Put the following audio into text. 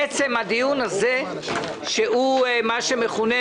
בעצם הדיון הזה הוא מה שמכונה